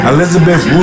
Elizabeth